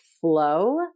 flow